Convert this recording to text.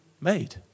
made